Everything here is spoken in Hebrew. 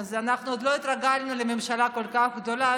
אז אנחנו עוד לא התרגלנו לממשלה כל כך גדולה,